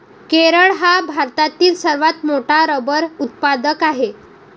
केरळ हा भारतातील सर्वात मोठा रबर उत्पादक आहे